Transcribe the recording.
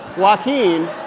joaquin.